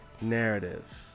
narrative